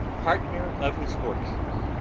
partner of his fortune.